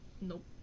Nope